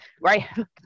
Right